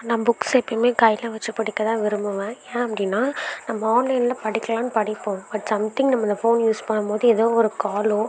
நான் புக்ஸ் எப்பையுமே கையில வச்சு படிக்க தான் விரும்புவேன் ஏன் அப்படின்னா நம்ப ஆன்லைனில் படிக்கலாம்னு படிப்போம் பட் சம்திங் நம்மளை ஃபோன் யூஸ் பண்ணும்போது ஏதோ ஒரு காலோ